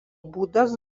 būdas